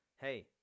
Hey